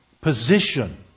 position